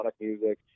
music